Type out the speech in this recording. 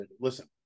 listen